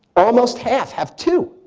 almost half have two.